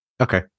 Okay